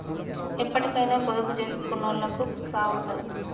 ఎప్పటికైనా పొదుపు జేసుకునోళ్లకు సావుండదు